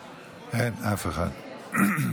אין אף אחד.